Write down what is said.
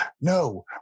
no